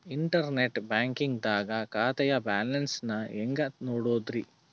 Internet banking ದಾಗ ಖಾತೆಯ balance ನ ಹೆಂಗ್ ನೋಡುದ್ರಿ?